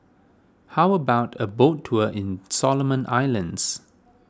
how about a boat tour in Solomon Islands